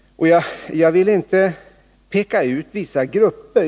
Jag vill inte peka ut några särskilda grupper.